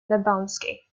lebowski